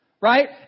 Right